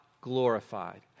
glorified